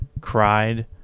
cried